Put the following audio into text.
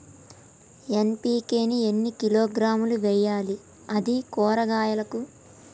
NPK ని ఎన్ని కిలోగ్రాములు వెయ్యాలి? అది కూరగాయలకు?